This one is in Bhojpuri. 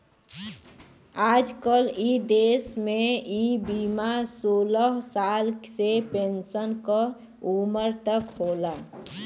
आजकल इ देस में इ बीमा सोलह साल से पेन्सन क उमर तक होला